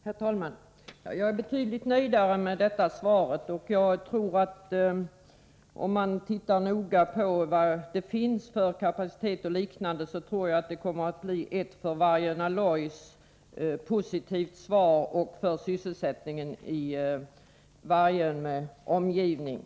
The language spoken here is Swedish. Herr talman! Jag är betydligt mer nöjd med det senare svaret. Om man ser noga på vad det finns för kapacitet o. d., tror jag att det kommer att bli ett för Vargön Alloys och för sysselsättningen i omgivningen positivt svar.